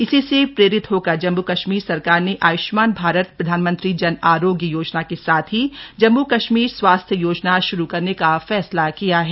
इसी से प्रेरित होकर जम्मू कश्मीर सरकार ने आयुष्मान भारत प्रधानमंत्री जन आरोग्य योजना के साथ ही जम्मू कश्मीर स्वास्थ्य योजना शुरू करने का फैसला किया है